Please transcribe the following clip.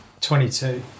22